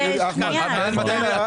פלילי-